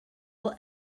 will